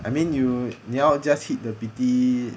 I mean you 你要 just hit the pity